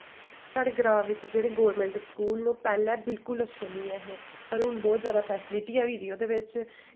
साढ़े ग्रांऽ बिच्च जेह्ड़े गौरमैंट स्कूल न ओह् पैह्लें बिल्कुल अच्छे निं ऐ हे पर हून बोह्त जैदा फैसलिटी होई दी ऐ ओह्दे बिच्च